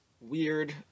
weird